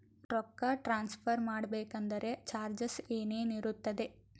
ರೊಕ್ಕ ಟ್ರಾನ್ಸ್ಫರ್ ಮಾಡಬೇಕೆಂದರೆ ಚಾರ್ಜಸ್ ಏನೇನಿರುತ್ತದೆ?